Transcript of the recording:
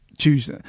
choose